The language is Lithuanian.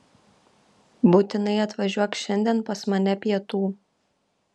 būtinai atvažiuok šiandien pas mane pietų